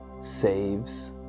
saves